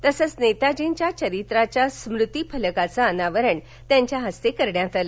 तसंच नेताजींच्या चरित्राच्या स्मूती फलकाचं अनावरण त्यांच्या हस्ते करण्यात आलं